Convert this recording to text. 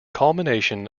culmination